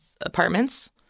apartments